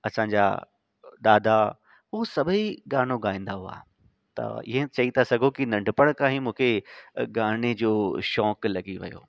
असांजा दादा हू सभई गानो ॻाईंदा हुआ त इयं चई था सॻो की नंढपण खां ई मूंखे गाने जो शौक़ु लॻी वियो